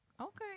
Okay